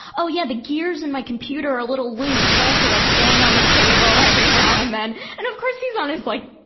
oh, yeah the gears in my computer are a little loose. so i have to like bang on the table every now and then. and, of, course, he's on his like,